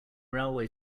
railway